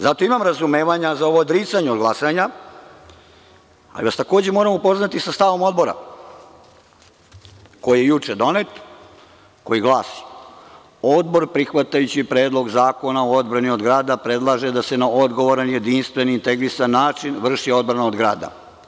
Zato imam razumevanja za ovo odricanje od glasanja, ali vas takođe moram upoznati sa stavom Odbora koji je juče donet, koji glasi – Odbor prihvatajući Predlog zakona o odbrani od grada predlaže da se na odgovoran, jedinstven i integrisan način vrši odbrana od grada.